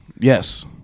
Yes